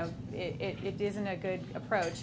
know it isn't a good approach